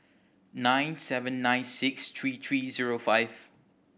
nine seven nine six three three zero five